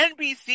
NBC